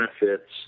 benefits